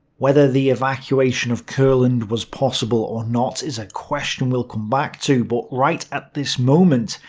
whether the evacuation of courland was possible or not is a question we'll come back to, but right at this moment,